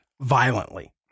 violently